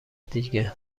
دیگه